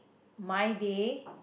my day